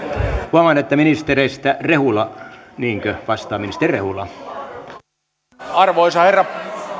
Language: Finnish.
huomaan että ministereistä rehula vastaa niinkö ministeri rehula vastaa